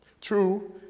True